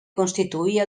constituir